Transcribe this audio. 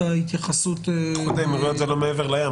איחוד האמירויות זה לא מעבר לים.